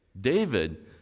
David